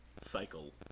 cycle